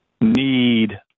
need